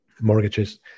mortgages